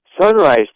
Sunrise